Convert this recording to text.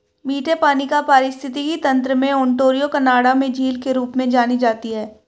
मीठे पानी का पारिस्थितिकी तंत्र में ओंटारियो कनाडा में झील के रूप में जानी जाती है